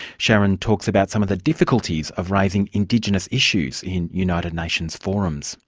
sharon talks about some of the difficulties of raising indigenous issues in united nations forums.